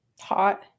Hot